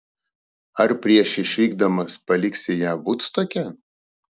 ar prieš išvykdamas paliksi ją vudstoke